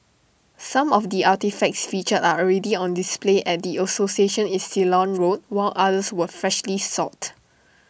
some of the artefacts featured are already on display at the association in Ceylon road while others were freshly sought